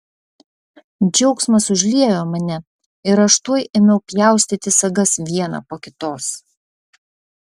džiaugsmas užliejo mane ir aš tuoj ėmiau pjaustyti sagas vieną po kitos